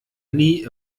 nie